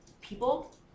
people